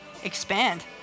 Expand